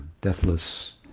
deathless